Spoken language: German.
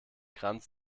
kranz